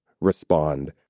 respond